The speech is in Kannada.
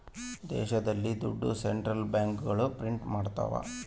ದೇಶದಲ್ಲಿ ದುಡ್ಡು ಸೆಂಟ್ರಲ್ ಬ್ಯಾಂಕ್ಗಳು ಪ್ರಿಂಟ್ ಮಾಡ್ತವ